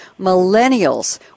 millennials